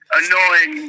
annoying